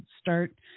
start